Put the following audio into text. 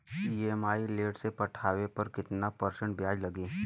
EMI late से पटावे पर कितना परसेंट ब्याज लगी?